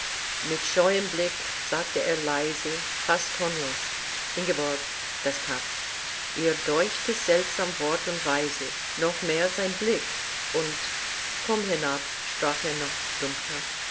mit scheuem blicke sagt er leise fast tonlos ingeborg das cap ihr däuchte seltsam wort und weise noch mehr sein blick und komm hinab sprach er noch dumpfer